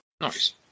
Nice